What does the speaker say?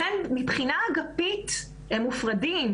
לכן, מבחינה אגפית הם מופרדים.